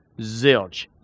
zilch